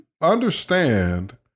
understand